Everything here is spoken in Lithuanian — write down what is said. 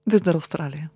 vis dar australija